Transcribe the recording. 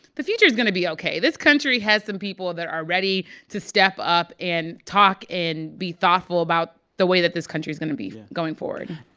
the future's going to be ok. this country has some people that are ready to step up, and talk and be thoughtful about the way that this country's going to be going forward